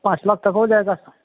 पाँच लाख तक हो जाएगा